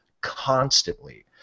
constantly